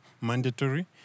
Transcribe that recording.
mandatory